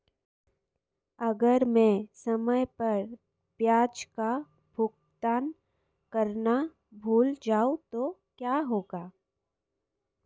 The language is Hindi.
अगर मैं समय पर ब्याज का भुगतान करना भूल जाऊं तो क्या होगा?